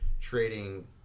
trading